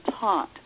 taught